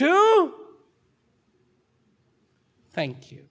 to thank you